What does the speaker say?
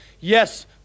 Yes